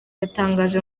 yatangaje